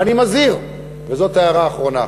ואני מזהיר, וזאת ההערה האחרונה,